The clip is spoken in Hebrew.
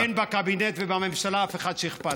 ואין בקבינט ובממשלה אף אחד שאכפת לו.